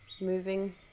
moving